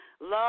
love